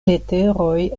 leteroj